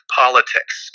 politics